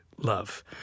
love